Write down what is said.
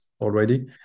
already